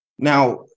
Now